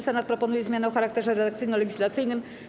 Senat proponuje zmiany o charakterze redakcyjno-legislacyjnym.